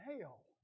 hell